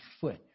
foot